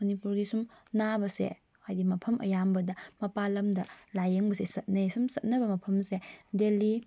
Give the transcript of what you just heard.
ꯃꯅꯤꯄꯨꯔꯒꯤ ꯁꯨꯝ ꯅꯥꯕꯁꯦ ꯍꯥꯏꯗꯤ ꯃꯐꯝ ꯑꯌꯥꯝꯕꯗ ꯃꯄꯥꯜ ꯂꯝꯗ ꯂꯥꯏꯌꯦꯡꯕꯁꯦ ꯆꯠꯅꯩ ꯁꯨꯝ ꯆꯠꯅꯕ ꯃꯐꯝꯁꯦ ꯗꯦꯜꯂꯤ